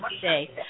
today